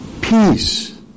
peace